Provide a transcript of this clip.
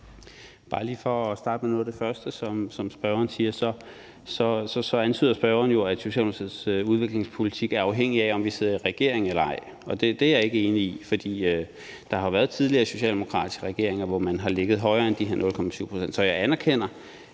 Bare lige for at starte med noget af det første, som spørgeren siger, så antyder spørgeren, at Socialdemokratiets udviklingspolitik er afhængig af, om vi sidder i regering eller ej. Det er jeg ikke enig i, for der har jo været tidligere socialdemokratiske regeringer, som har ligget højere end de her 0,7 pct. Jeg anerkender,